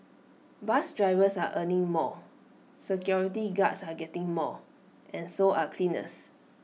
bus drivers are earning more security guards are getting more and so are cleaners